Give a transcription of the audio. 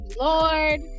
Lord